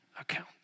account